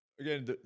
again